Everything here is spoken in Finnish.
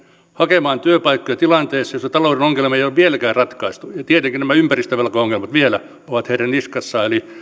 hakemaan työpaikkoja tilanteessa jossa talouden ongelmaa ei ole vieläkään ratkaistu ja tietenkin nämä ympäristövelkaongelmat vielä ovat heidän niskassaan eli